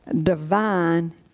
divine